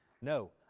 No